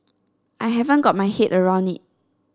I haven't got my head around it